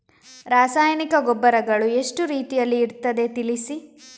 ರಾಸಾಯನಿಕ ಗೊಬ್ಬರಗಳು ಎಷ್ಟು ರೀತಿಯಲ್ಲಿ ಇರ್ತದೆ ತಿಳಿಸಿ?